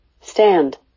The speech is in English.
stand